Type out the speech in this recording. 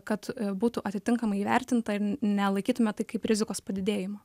kad būtų atitinkamai įvertinta ar nelaikytume tai kaip rizikos padidėjimo